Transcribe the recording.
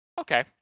Okay